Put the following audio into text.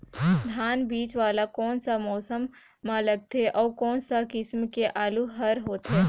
धान बीजा वाला कोन सा मौसम म लगथे अउ कोन सा किसम के आलू हर होथे?